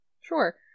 sure